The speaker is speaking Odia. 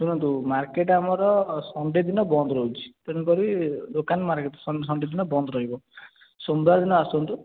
ଶୁଣନ୍ତୁ ମାର୍କେଟ୍ ଆମର ସନ୍ଡେ ଦିନ ବନ୍ଦ ରହୁଛି ତେଣୁକରି ଦୋକାନ ମାର୍କେଟ୍ ସନ୍ଡେ ଦିନ ବନ୍ଦ ରହିବ ସୋମବାର ଦିନ ଆସନ୍ତୁ